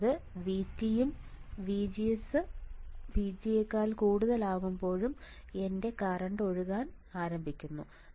VGSVT യും VGSVT യും എന്റെ കറൻറ് ഒഴുകാൻ ആരംഭിക്കുന്നു